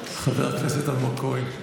חבר הכנסת אלמוג כהן,